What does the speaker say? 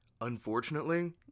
unfortunately